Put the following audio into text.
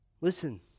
Listen